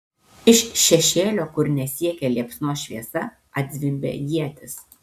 iš šešėlio kur nesiekė liepsnos šviesa atzvimbė ietis